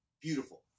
beautiful